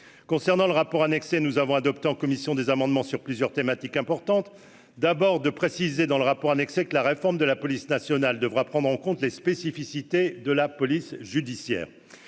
concernant le rapport annexé, nous avons adopté en commission des amendements sur plusieurs thématiques importantes d'abord de préciser dans le rapport annexé que la réforme de la police nationale devra prendre en compte les spécificités de la police judiciaire